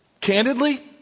candidly